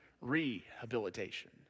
rehabilitation